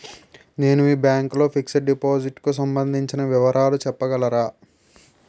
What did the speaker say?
నేను మీ బ్యాంక్ లో ఫిక్సడ్ డెపోసిట్ కు సంబందించిన వివరాలు చెప్పగలరా?